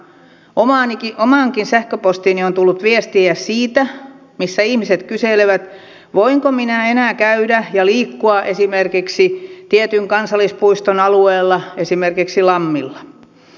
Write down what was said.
omaan sähköpostiinikin on tullut viestiä missä ihmiset kyselevät voinko minä enää käydä ja liikkua esimerkiksi tietyn kansallispuiston alueella esimerkiksi lammilla